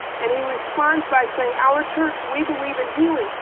and he responds by saying, our church, we believe in healing,